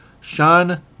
Sean